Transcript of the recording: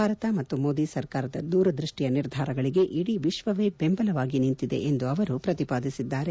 ಭಾರತ ಮತ್ತು ಮೋದಿ ಸರ್ಕಾರದ ದೂರದ್ವಸ್ಲಿಯ ನಿರ್ಧಾರಗಳಿಗೆ ಇಡೀ ವಿಶ್ವವೇ ಬೆಂಬಲವಾಗಿ ನಿಂತಿದೆ ಎಂದು ಅವರು ಪ್ರತಿಪಾದಿಸಿದ್ದಾರೆ